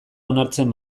onartzen